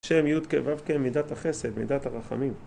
שם י' ה' ו' ה' מידת החסד, מידת הרחמים